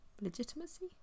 Legitimacy